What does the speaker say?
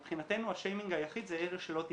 מבחינתנו, השיימינג היחידה זה אלה שלא דיווחו.